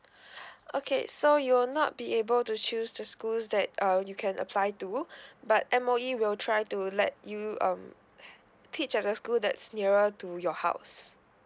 okay so you will not be able to choose the schools that uh you can apply to but M_O_E will try to let you um teach at a school that's nearer to your house